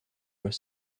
were